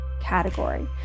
category